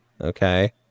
Okay